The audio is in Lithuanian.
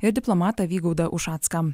ir diplomatą vygaudą ušacką